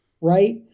Right